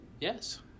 Yes